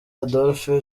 adolphe